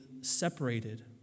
separated